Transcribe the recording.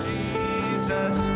Jesus